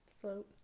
float